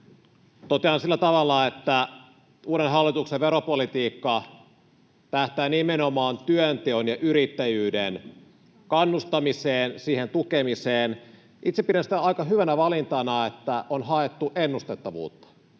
Totean sillä tavalla, että uuden hallituksen veropolitiikka tähtää nimenomaan työnteon ja yrittäjyyden kannustamiseen, siihen tukemiseen. Itse pidän sitä aika hyvänä valintana, että on haettu ennustettavuutta.